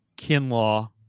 Kinlaw